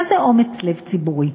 מה זה אומץ לב ציבורי?